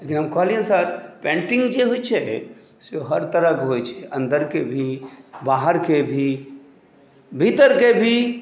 लेकिन हम कहलिअनि सर पेन्टिङ्ग जे होइ छै से हर तरहक होइ छै अन्दरके भी बाहरके भी भीतरके भी